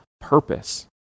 purpose